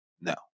No